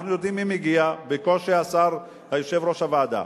אנחנו יודעים מי מגיע, בקושי השר יושב-ראש הוועדה.